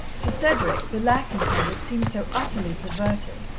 to cedric, the lack in her would seem so utterly perverted,